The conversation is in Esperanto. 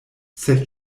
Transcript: sed